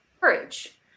courage